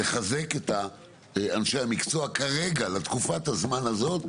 לחזק את אנשי המקצוע כרגע לתקופת הזמן הזאת,